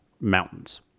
mountains